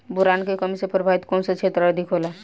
Boron के कमी से प्रभावित कौन सा क्षेत्र अधिक होला?